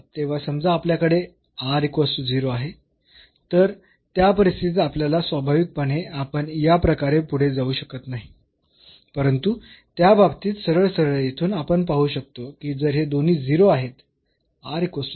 तेव्हा समजा आपल्याकडे आहे तर त्या परिस्थितीत आपल्याला स्वाभाविकपणे आपण या प्रकारे पुढे जाऊ शकत नाही परंतु त्या बाबतीत सरळसरळ येथून आपण पाहू शकतो की जर हे दोन्ही 0 आहेत and